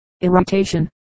irritation